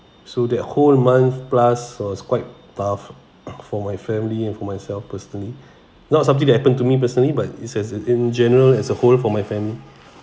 so that whole month plus was quite tough for my family and for myself personally not something that happen to me personally but it is a in general as a whole for my family